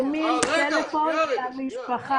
אנחנו מרימים טלפון למשפחה.